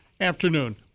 afternoon